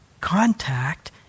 contact